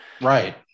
right